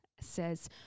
says